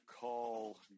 call